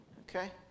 Okay